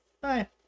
Bye